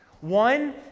One